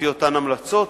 לפי אותן המלצות,